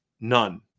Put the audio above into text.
None